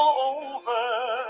over